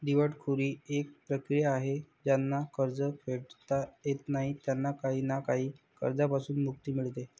दिवाळखोरी एक प्रक्रिया आहे ज्यांना कर्ज फेडता येत नाही त्यांना काही ना काही कर्जांपासून मुक्ती मिडते